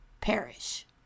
perish